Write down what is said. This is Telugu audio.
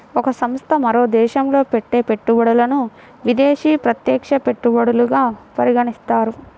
ఒక సంస్థ మరో దేశంలో పెట్టే పెట్టుబడులను విదేశీ ప్రత్యక్ష పెట్టుబడులుగా పరిగణిస్తారు